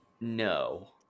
no